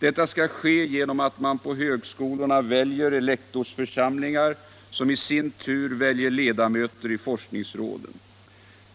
Detta skall ske genom att man på högskolorna väljer elektorsförsamlingar som i sin tur väljer ledamöter i forskningsråden.